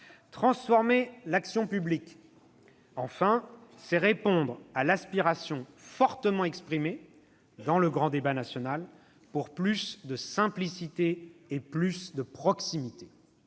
Transformer l'action publique, enfin, c'est répondre à l'aspiration fortement exprimée dans le grand débat pour plus de simplicité et plus de proximité.